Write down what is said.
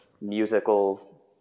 musical